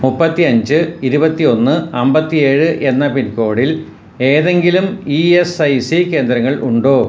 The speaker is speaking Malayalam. മുപ്പത്തി അഞ്ച് ഇരുപത്തി ഒന്ന് അമ്പത്തിയേഴ് എന്ന പിൻകോഡിൽ ഏതെങ്കിലും ഇ എസ് ഐ സി കേന്ദ്രങ്ങൾ ഉണ്ടോ